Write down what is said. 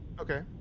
Okay